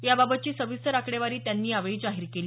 याबाबतची सविस्तर आकडेवारी त्यांनी यावेळी दिली